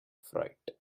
fright